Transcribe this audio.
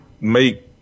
make